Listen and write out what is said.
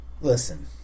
Listen